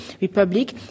republic